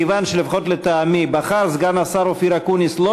מכיוון שלפחות לטעמי בחר סגן השר אופיר אקוניס שלא